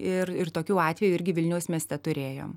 ir ir tokiu atvejų irgi vilniaus mieste turėjom